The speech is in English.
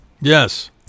Yes